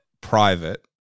private